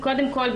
קודם כול,